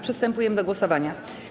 Przystępujemy do głosowania.